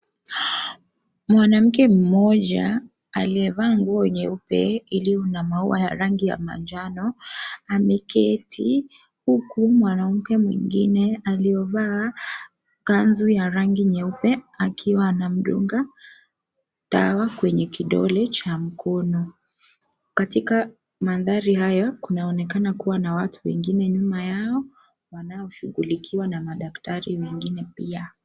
Mwanamke mmoja, aliyevaa nguo nyeupe iliyo na maua ya rangi ya manjano, ameketi huku mwanamke mwingine aliovaa kanzu ya rangi ya nyeupe, akiwa anamdunga dawa kwenye kidole cha mkono. Katika mandhari hayo, kunaonekana kuwa na watu wengine ,nyuma yao wanaoshughulikiwa na madaktari wengine pia.